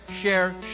share